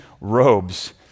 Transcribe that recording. robes